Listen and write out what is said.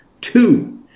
Two